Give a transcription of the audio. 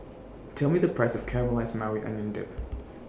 Tell Me The Price of Caramelized Maui Onion Dip